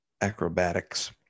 acrobatics